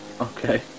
Okay